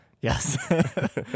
yes